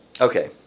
Okay